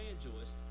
evangelist